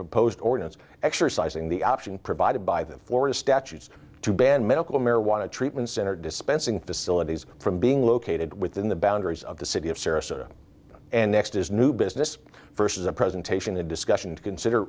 proposed ordinance exercising the option provided by the florida statutes to ban medical marijuana treatment center dispensing facilities from being located within the boundaries of the city of sarasota and next as new business versus a presentation a discussion to consider